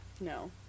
no